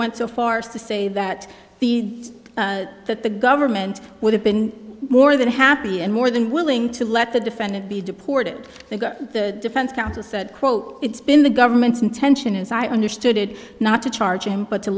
went so far as to say that the that the government would have been more than happy and more than willing to let the defendant be deported and the defense counsel said quote it's been the government's intention as i understood it not to charge him but to